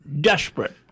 desperate